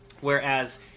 Whereas